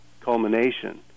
culmination